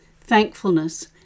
thankfulness